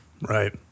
Right